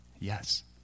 Yes